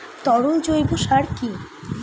তরল জৈব সার কি?